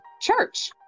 church